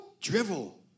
drivel